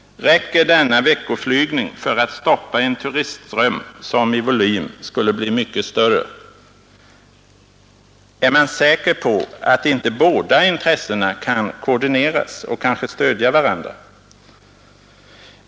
Räcker denna veckoflygning för att stoppa en turistström som i volym skulle bli mycket större? Är man säker på att inte båda intressena kan koordineras och kanske stödja varandra?